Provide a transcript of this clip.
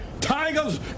tigers